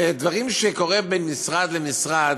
ודברים שקורים בין משרד למשרד,